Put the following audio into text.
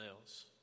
else